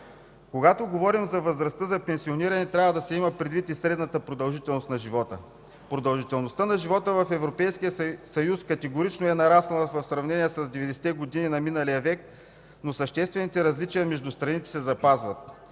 Когато говорим за възрастта за пенсиониране, трябва да се има предвид и средната продължителност на живота. Продължителността на живота в Европейския съюз категорично е нараснала в сравнение с 90-те години на миналия век, но съществените различия между страните се запазват.